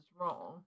wrong